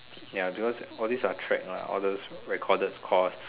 ya because all these are track ah all these recorded cost